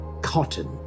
cotton